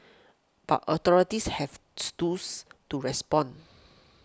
but authorities have stools to respond